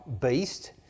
beast